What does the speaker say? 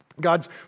God's